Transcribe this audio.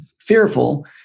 fearful